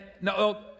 no